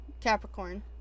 Capricorn